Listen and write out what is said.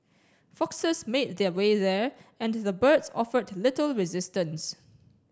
foxes made their way there and the birds offered little resistance